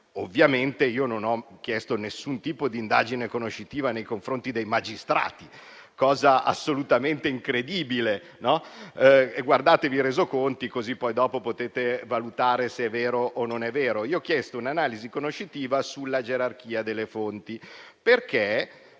Ovviamente io non ho chiesto nessun tipo di indagine conoscitiva nei confronti dei magistrati, cosa assolutamente incredibile. Guardatevi i Resoconti, così poi dopo potete valutare se sia vero o meno. Io ho chiesto un'analisi conoscitiva sulla gerarchia delle fonti, che